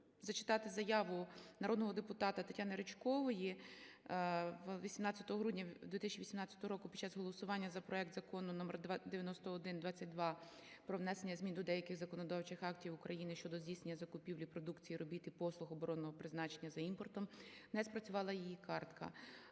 зачитати заяву народного депутата Тетяни Ричкової. 18 грудня 2018 року під час голосування за проект Закону №9122 про внесення змін до деяких законодавчих актів щодо здійснення закупівлі продукції, робіт і послуг оборонного призначення за імпортом не спрацювала її картка.